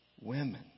Women